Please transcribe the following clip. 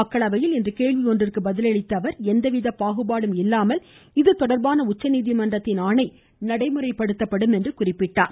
மக்களவையில் இன்று கேள்வி ஒன்றிற்கு பதிலளித்த அவர் எந்தவித பாகுபாடும் இல்லாமல் இது தொட்பான உச்சநீதிமன்றத்தின் ஆணை நடைமுறைப்படுத்தப்படும் என்றார்